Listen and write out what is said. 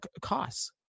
costs